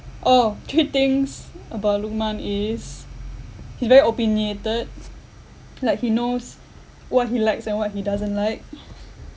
oh three things about lukman is he very opinionated like he knows what he likes and what he doesn't like